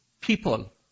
people